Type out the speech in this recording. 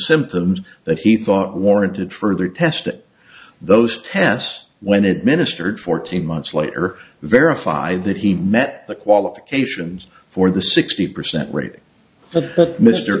symptoms that he thought warranted further testing those tests when administered fourteen months later verify that he met the qualifications for the sixty percent rate